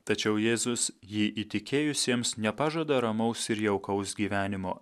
tačiau jėzus jį įtikėjusiems nepažada ramaus ir jaukaus gyvenimo